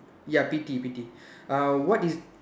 ya pity pity uh what is